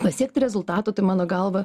pasiekti rezultatų tai mano galva